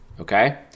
Okay